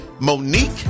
Monique